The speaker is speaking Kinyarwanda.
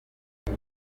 ati